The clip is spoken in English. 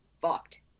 fucked